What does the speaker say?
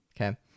okay